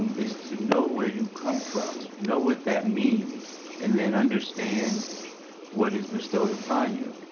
is to know where you come from, know what that means, and then understand what is bestowed upon you.